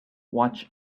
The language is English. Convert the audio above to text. watch